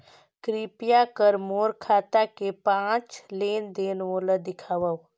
कृपया कर मोर खाता के पांच लेन देन मोला दिखावव